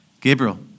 Gabriel